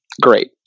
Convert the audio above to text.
great